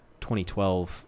2012